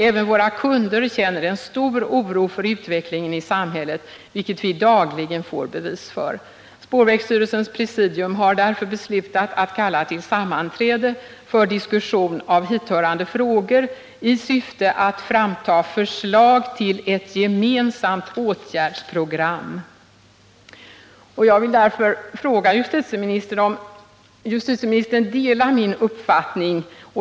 Även våra kunder känner en stor oro för utvecklingen i samhället, vilket vi dagligen får bevis för. Spårvägsstyrelsens presidium har därför beslutat att kalla till sammanträde för diskussion av hithörande frågor i syfte att framta förslag till ett gemensamt åtgärdspro gram. Jag vill därför fråga justitieministern om justitieministern delar min uppfattning.